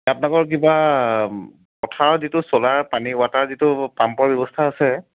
এই আপোনালোকৰ কিবা পথাৰৰ যিটো চ'লাৰ পানী ৱাটাৰ যিটো পাম্পৰ ব্যৱস্থা আছে